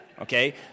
okay